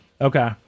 Okay